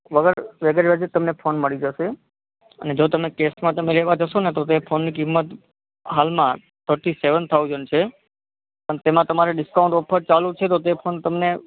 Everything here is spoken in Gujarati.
વગર વગર વ્યાજ એ જ તમને ફોન મળી જશે અને જો તમે કૅશમાં તમે લેવા જશો ને તો તે જ ફોનની કિંમત હાલમાં થર્ટી સેવન થાઉઝન્ડ છે પણ તેમાં તમારે ડિસ્કાઉન્ટ ઓફર ચાલુ છે તો તે ફોન તમને